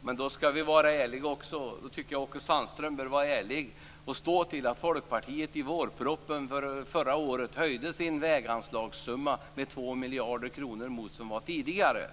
Fru talman! Men jag tycker att också Åke Sandström bör vara ärlig. I samband med vårpropositionen förra året föreslog Folkpartiet en höjning av väganslagen på 2 miljarder kronor mot vad som tidigare gällde.